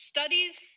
Studies